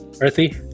earthy